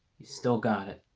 you still got